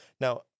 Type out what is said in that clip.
Now